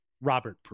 Robert